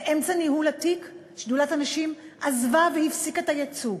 באמצע ניהול התיק שדולת הנשים עזבה והפסיקה את הייצוג.